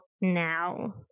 now